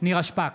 נירה שפק,